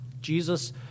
Jesus